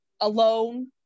alone